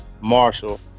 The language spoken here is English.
Marshall